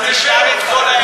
תשאל את כל העדה אם היא רוצה,